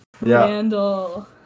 Randall